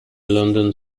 london